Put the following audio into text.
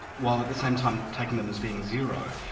while at the same time taking them as being zero.